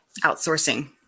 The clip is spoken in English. outsourcing